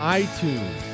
iTunes